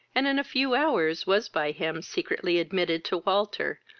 and in a few hours was by him secretly admitted to walter,